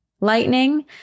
lightning